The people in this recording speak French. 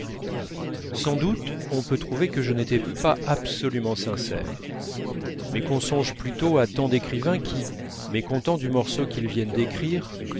sans doute on peut trouver que je n'étais pas absolument sincère mais qu'on songe plutôt à tant d'écrivains qui mécontents du morceau qu'ils viennent d'écrire